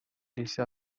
لیستی